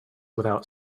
without